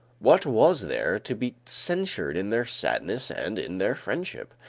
what was there to be censured in their sadness and in their friendship?